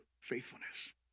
faithfulness